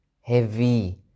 heavy